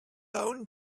own